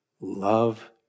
Love